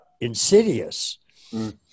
insidious